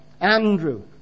Andrew